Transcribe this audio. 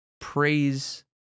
praise